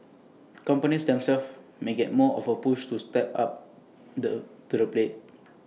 companies themselves may get more of A push to step up the to the plate